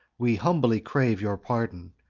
we humbly crave your pardon.